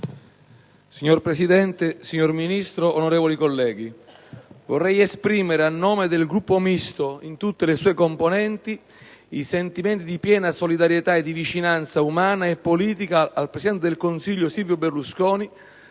Signor Presidente, signor Ministro, onorevoli colleghi, vorrei esprimere, a nome del Gruppo Misto, in tutte le sue componenti, i sentimenti di piena solidarietà e di vicinanza, umana e politica, al presidente del Consiglio Silvio Berlusconi